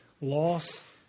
loss